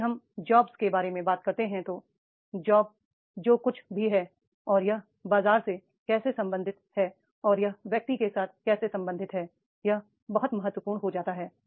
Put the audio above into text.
जब भी हम जॉब्स के बारे में बात करते हैं तो जॉब्स जो कुछ भी है और यह बाजार से कैसे संबंधित है और यह व्यक्ति के साथ कैसे संबंधित है यह बहुत महत्वपूर्ण हो जाता है